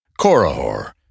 Korahor